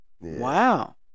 Wow